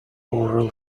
oral